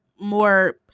more